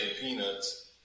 peanuts